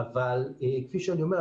אבל כפי שאני אומר,